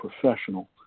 professional